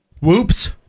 Whoops